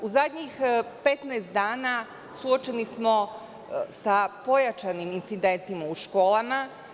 U zadnjih 15 dana suočeni smo sa pojačanim incidentima u školama.